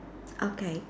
okay